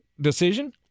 decision